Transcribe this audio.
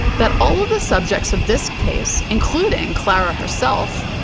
that all of the subjects of this case, including clara herself,